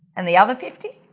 and the other fifty?